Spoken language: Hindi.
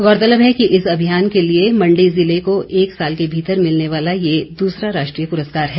गौरतलब है कि इस अभियान के लिए मंडी जिले को एक साल के भीतर मिलने वाला ये दूसरा राष्ट्रीय पुरस्कार है